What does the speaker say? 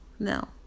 No